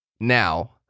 now